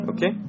Okay